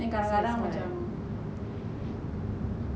so it's like